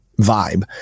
vibe